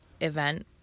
event